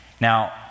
Now